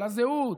לזהות,